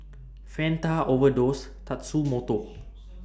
Fanta Overdose Tatsumoto